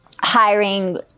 hiring